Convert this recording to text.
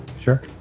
Sure